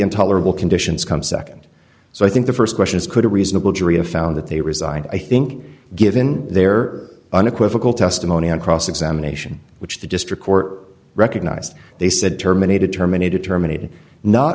intolerable conditions come nd so i think the st question is could a reasonable jury of found that they resign i think given their unequivocal testimony on cross examination which the district court recognized they said terminated terminated